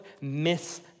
miss